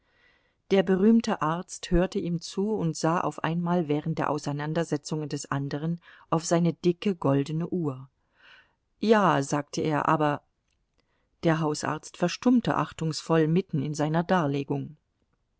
der berühmte arzt hörte ihm zu und sah auf einmal während der auseinandersetzungen des anderen auf seine dicke goldene uhr ja sagte er aber der hausarzt verstummte achtungsvoll mitten in seiner darlegung